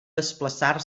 desplaçar